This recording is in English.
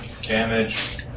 damage